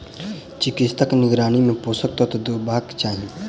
चिकित्सकक निगरानी मे पोषक तत्व देबाक चाही